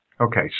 Okay